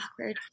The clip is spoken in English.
awkward